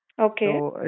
okay